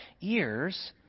ears